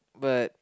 but